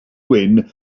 wyn